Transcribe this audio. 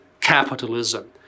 capitalism